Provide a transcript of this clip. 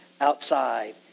outside